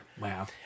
Wow